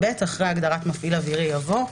אחרי הגדרת "מפעיל אווירי" יבוא: